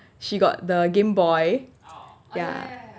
she got the game boy ya